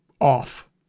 off